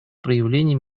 проявления